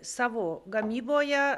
savo gamyboje